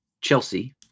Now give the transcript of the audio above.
Chelsea